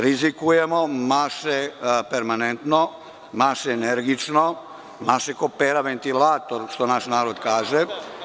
Rizikujemo, maše permanentno, maše energično, maše ko Pera ventilator, što naš narod kaže.